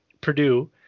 purdue